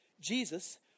Jesus